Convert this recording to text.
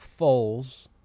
Foles –